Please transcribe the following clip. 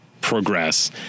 progress